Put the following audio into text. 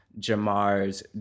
Jamar's